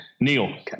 Neil